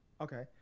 Okay